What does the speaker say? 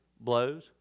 blows